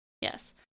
Yes